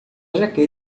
jaqueta